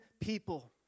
people